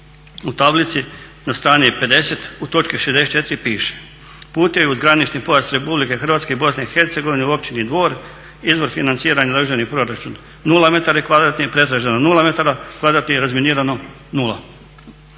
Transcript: U tablici na strani 50 u točki 64.piše "Putevi uz granični pojas RH i Bosne i Hercegovine u općini Dvor izvor financiranja državni proračun. 0 metara kvadratnih pretraženo, 0 metara kvadratnih razminirano, 0".